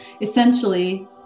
essentially